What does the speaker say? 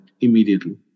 immediately